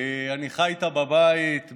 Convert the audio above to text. אני חי איתה בבית,